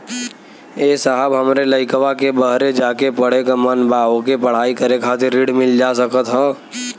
ए साहब हमरे लईकवा के बहरे जाके पढ़े क मन बा ओके पढ़ाई करे खातिर ऋण मिल जा सकत ह?